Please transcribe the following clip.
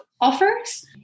offers